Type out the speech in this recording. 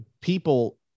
people